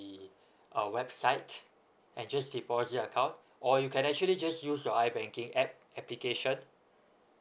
our website and just deposit account or you can actually just use your I banking app application